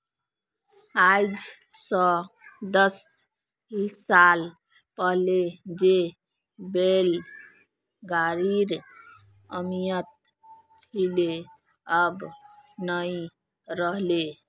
आइज स दस साल पहले जे बैल गाड़ीर अहमियत छिले अब नइ रह ले